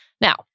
Now